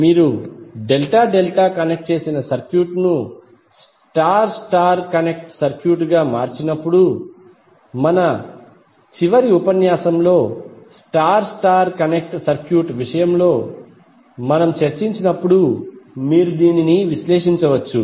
మీరు delta delta connect చేసిన సర్క్యూట్ను స్టార్ స్టార్ కనెక్ట్ సర్క్యూట్గా మార్చినప్పుడు మన చివరి ఉపన్యాసంలో స్టార్ స్టార్ కనెక్ట్ సర్క్యూట్ విషయంలో మనము చర్చించినప్పుడు మీరు విశ్లేషించవచ్చు